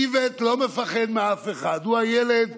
איווט לא מפחד מאף אחד, הוא הילד